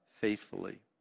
faithfully